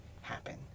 happen